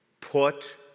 put